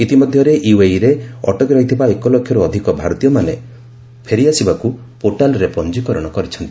ଇତିମଧ୍ୟରେ ୟୁଏଇରେ ଅଟକି ରହିଥିବା ଏକ ଲକ୍ଷରୁ ଅଧିକ ଭାରତୀୟମାନେ ପୋର୍ଟାଲରେ ପଞ୍ଜିକରଣ କରିଛନ୍ତି